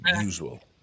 usual